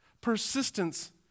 Persistence